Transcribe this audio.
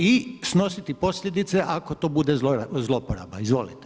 I snositi posljedice ako to bude zlouporaba, izvolite.